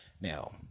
Now